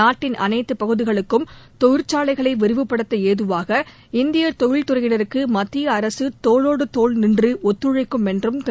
நாட்டின் அனைத்து பகுதிகளுக்கும் தொழிற்சாலைகளை விரிவுபடுத்த ஏதுவாக இந்தியத் தொழில்துறையினருக்கு மத்திய அரசு தோளோடு தோள் நின்று ஒத்துழைக்கும் என்றும் திரு